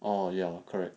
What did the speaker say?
oh ya correct